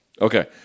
Okay